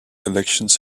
elections